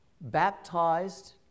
baptized